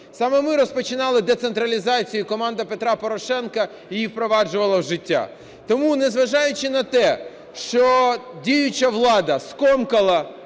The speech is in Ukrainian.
Саме ми розпочинали децентралізацію і команда Петра Порошенка її впроваджувала вжиття. Тому незважаючи на те, що діюча влада скомкала